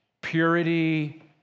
purity